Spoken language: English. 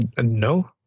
No